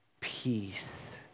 peace